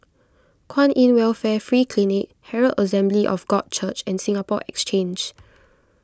Kwan in Welfare Free Clinic Herald Assembly of God Church and Singapore Exchange